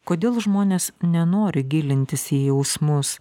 kodėl žmonės nenori gilintis į jausmus